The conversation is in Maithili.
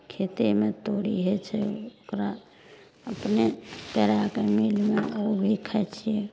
खेतेमे तोरी होइत छै ओकरा अपने पेराके मिलमे ओहि खाइत छियै